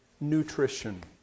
nutrition